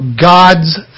God's